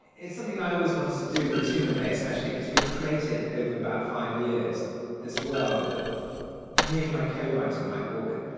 it's something i always wanted to do with toowoomba, especially because we'd created over about five years this world to me and my co-writer mike walker,